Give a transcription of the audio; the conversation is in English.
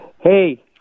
Hey